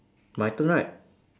my turn right